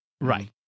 Right